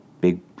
big